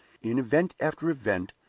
in event after event,